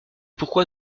pourquoi